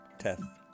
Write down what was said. Teth